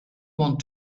want